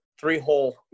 three-hole